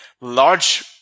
Large